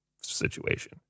situation